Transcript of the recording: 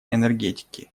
энергетики